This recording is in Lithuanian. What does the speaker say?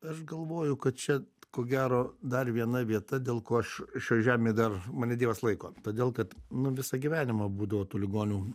aš galvoju kad čia ko gero dar viena vieta dėl ko aš šioj žemėj dar mane dievas laiko todėl kad nu visą gyvenimą būdavo tų ligonių